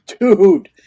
Dude